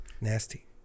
nasty